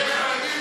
דיברתי עם